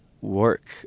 work